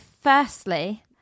firstly